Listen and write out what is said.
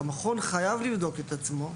המכון חייב לבדוק את עצמו,